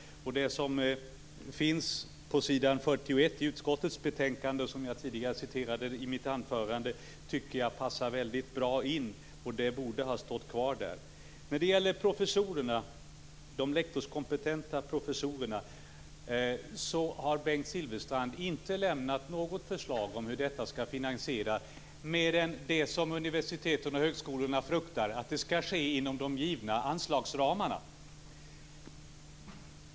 Det som finns på s. 41 i utskottets betänkande, och som jag tidigare citerade i mitt anförande, tycker jag passar väldigt bra in. Det borde ha stått kvar där. När det gäller de lektorskompetenta professorerna har Bengt Silfverstrand inte lämnat något förslag om hur detta skall finansieras mer än det som universiteten och högskolorna fruktar: Att det skall ske inom de givna anslagsramarna.